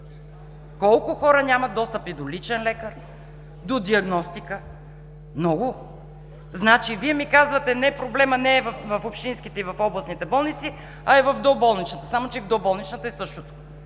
Колко хора нямат достъп и до личен лекар, до диагностика? Много! Значи Вие ми казвате: „Не, проблемът не е в общинските и в областните болници, а е в доболничната.“ Само че в доболничната е същото.